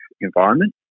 environment